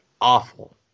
awful